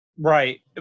Right